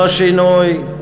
לא שינוי,